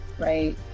right